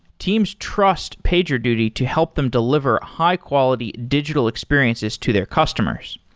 teams trust pagerduty to help them deliver high-quality digital experiences to their customers.